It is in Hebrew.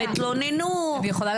הם התלוננו.